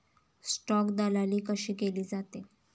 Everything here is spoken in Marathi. स्टॉक दलाली कशी केली जाते?